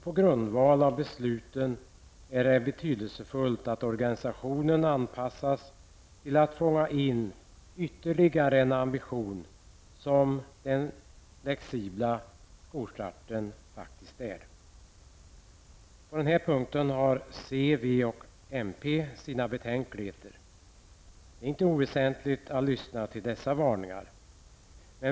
På grundval av besluten är det betydelsefullt att organisationen anpassas till att fånga in ytterligare en ambition som den flexibla skolstarten faktiskt är. På den här punkten har c, v och mp sina betänkligheter. Det är inte oväsentligt att lyssna till deras varningar.